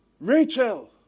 Rachel